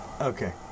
Okay